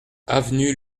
avenue